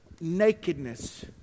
Nakedness